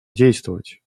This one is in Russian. действовать